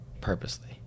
Purposely